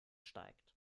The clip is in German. steigt